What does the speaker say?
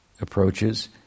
approaches